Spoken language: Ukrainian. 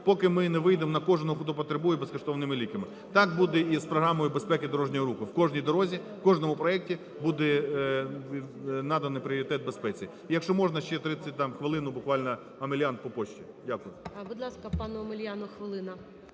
поки ми не вийдемо на кожного, хто потребує безкоштовних ліків. Так буде з і з програмою безпеки дорожнього руху. В кожній дорозі, в кожному проекті буде наданий пріоритет безпеці. Якщо можна, ще хвилину там буквально, Омелян по пошті. Дякую.